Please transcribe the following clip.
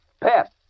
PET